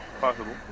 Possible